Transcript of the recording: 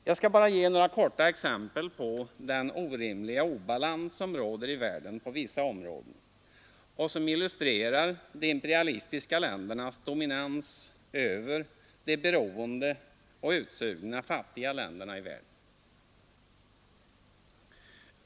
Jag skall bara helt kort ge några exempel på den orimliga obalans som råder i världen på vissa områden och som illustrerar de imperialistiska ländernas dominans över de beroende och utsugna fattiga länderna i världen.